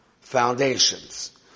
foundations